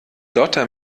dotter